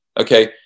okay